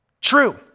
True